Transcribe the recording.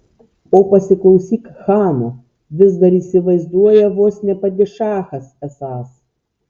o pasiklausyk chano vis dar įsivaizduoja vos ne padišachas esąs